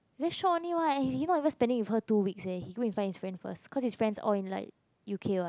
very short only [what] he he not even spending with her two weeks leh he go and find his friends first cause he friends all in like U_K what